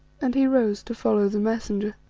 and he rose to follow the messenger.